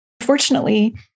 unfortunately